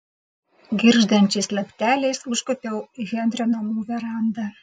girgždančiais laipteliais užkopiau į henrio namų verandą